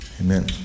Amen